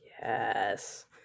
Yes